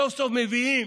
סוף-סוף מביאים